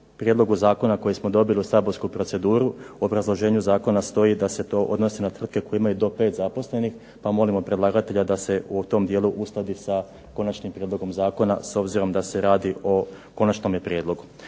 prijedlogu zakona kojega smo dobili u saborsku proceduru, u obrazloženju zakona stoji da se odnosi na tvrtke koje imaju do 5 zaposlenih, pa molimo predlagatelja da se u tom dijelu uskladi sa konačnim prijedlogom zakona s obzirom da se radi o konačnom prijedlogu.